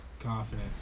confident